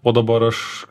o dabar aš